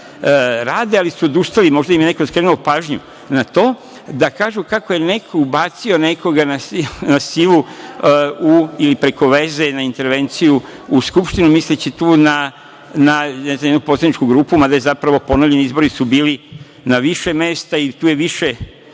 rade, ali su odustali, možda im je neko skrenuo pažnju na to, da kažu kako je neko ubacio nekoga na silu ili preko veze, na intervenciju, u Skupštinu, misleći tu na jednu poslaničku grupu, mada su zapravo ponovljeni izbori bili na više mesta i tu je više